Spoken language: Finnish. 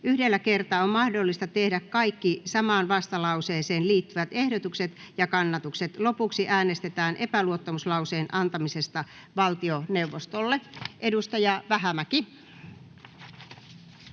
Yhdellä kertaa on mahdollista tehdä kaikki samaan vastalauseeseen liittyvät ehdotukset ja kannatukset. Lopuksi äänestetään epäluottamuslauseen antamisesta valtioneuvostolle. [Speech